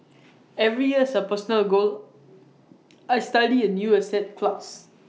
every year as A personal goal I study A new asset class